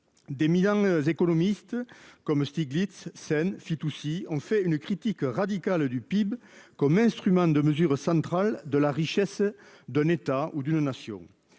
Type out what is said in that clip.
d'éminents économistes comme Stiglitz Sen Fitoussi, on fait une critique radicale du PIB comme instrument de mesure centrale de la richesse d'un État ou d'une nation.